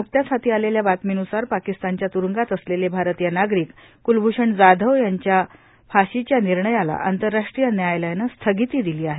न्कतीच हाती आलेल्या बातमीन्सार पाकिस्तानच्या त्रूंगात असलेले भारतीय नागरिक क्लभूषण जाधव यांच्या फाशीच्या निर्णयाला आंतरराष्ट्रीय न्यायालयानं स्थगिती दिली आहे